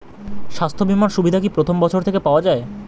স্বাস্থ্য বীমার সুবিধা কি প্রথম বছর থেকে পাওয়া যায়?